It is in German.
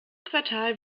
quartal